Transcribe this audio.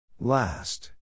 Last